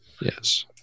Yes